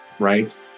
right